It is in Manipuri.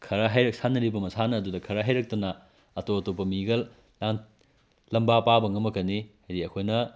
ꯈꯔ ꯁꯥꯟꯅꯔꯤꯕ ꯃꯁꯥꯟꯅꯗꯨꯗ ꯈꯔ ꯍꯩꯔꯛꯇꯅ ꯑꯇꯣꯞ ꯑꯇꯣꯞꯄ ꯃꯤꯒ ꯂꯝꯕꯥ ꯄꯥꯕ ꯉꯝꯃꯛꯀꯅꯤ ꯍꯥꯏꯗꯤ ꯑꯩꯈꯣꯏꯅ